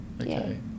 okay